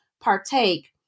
partake